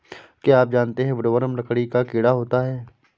क्या आप जानते है वुडवर्म लकड़ी का कीड़ा होता है?